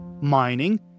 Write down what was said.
mining